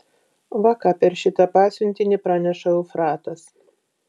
va ką per šitą pasiuntinį praneša eufratas